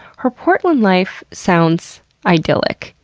her portland life sounds idyllic.